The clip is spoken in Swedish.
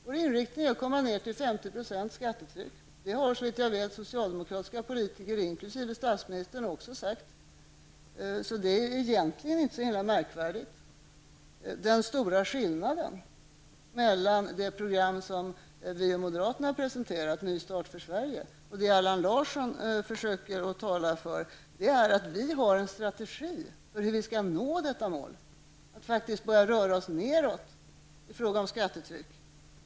Vår inriktning är att komma ned till ett skattetryck på 50 %. Det har såvitt jag vet socialdemokratiska politiker inkl. statsministern också sagt. Det är egentligen inte så märkvärdigt. Den stora skillnaden mellan det program som vi och moderaterna har presenterat, Ny start för Sverige, och det Allan Larsson försöker tala för är att vi har en strategi för hur vi skall nå detta mål och faktiskt börja röra oss nedåt i fråga om skattetryck.